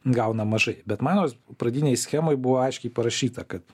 gauna mažai bet mano pradinėj schemoj buvo aiškiai parašyta kad